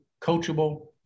coachable